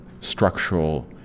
structural